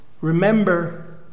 Remember